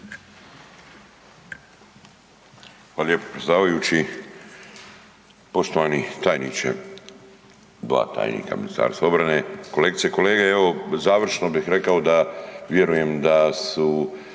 Hvala lijepo predsjedavajući. Poštovani tajniče, dva tajnika u MORH-u, kolegice i kolege, evo završno bih rekao da vjerujem da su